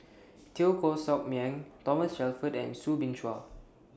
Teo Koh Sock Miang Thomas Shelford and Soo Bin Chua